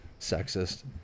sexist